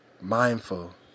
mindful